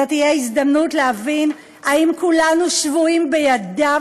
זו תהיה הזדמנות להבין אם כולנו שבויים בידיו